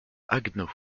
haguenau